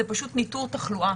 זה פשוט ניטור תחלואה